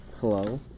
Hello